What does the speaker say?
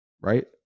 right